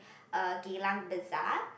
uh Geylang bazaar